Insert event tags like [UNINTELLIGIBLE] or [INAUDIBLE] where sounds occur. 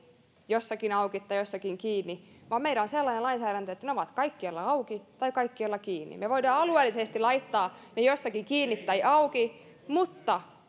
jossakin auki ja jossakin kiinni vaan meillä on sellainen lainsäädäntö että ne ovat kaikkialla auki tai kaikkialla kiinni me voimme alueellisesti laittaa ne jossakin kiinni tai auki mutta [UNINTELLIGIBLE]